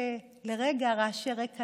שבהם לרגע רעשי הרקע